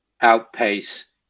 outpace